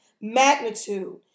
magnitude